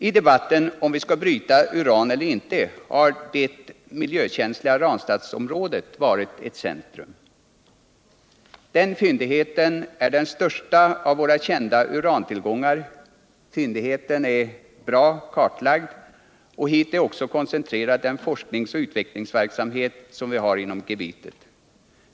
I debatten om vi skall bryta uran eller inte har det miljökänsliga Ranstadsområdet varit i centrum. Den fyndigheten är den största av våra kända urantillgångar. Fyndigheten är kartlagd väl, och hit är också koncentrerad den forsknings och utvecklingsverksamhet som vi har inom gebitet.